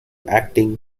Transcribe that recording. acting